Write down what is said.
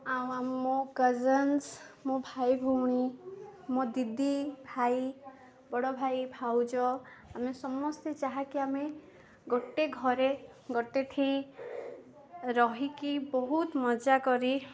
ଆଉ ମୋ କଜିନ୍ସ ମୋ ଭାଇ ଭଉଣୀ ମୋ ଦିଦି ଭାଇ ବଡ଼ ଭାଇ ଭାଉଜ ଆମେ ସମସ୍ତେ ଯାହାକି ଆମେ ଗୋଟେ ଘରେ ଗୋଟେଠି ରହିକି ବହୁତ ମଜା କରି